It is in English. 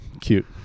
cute